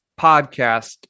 podcast